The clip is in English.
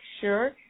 sure